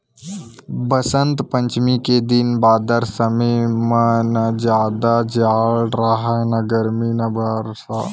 बसंत पंचमी के दिन बादर समे म न जादा जाड़ राहय न गरमी न बरसा